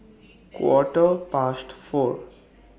Quarter Past four